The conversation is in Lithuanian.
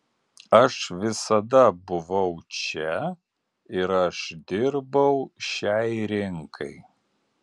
aš visada buvau čia ir aš dirbau šiai rinkai